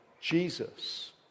Jesus